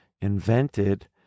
invented